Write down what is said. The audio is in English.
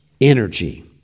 energy